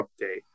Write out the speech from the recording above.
update